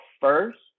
first